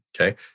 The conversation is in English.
okay